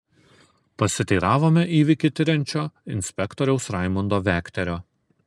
pasiteiravome įvykį tiriančio inspektoriaus raimundo vekterio